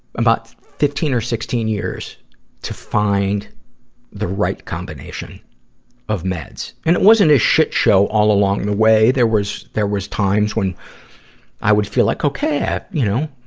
about fifteen or sixteen years to find the right combination of meds. and it wasn't a shit show all along the way. there was, there was times when i would feel like, okay, you know,